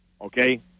okay